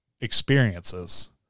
experiences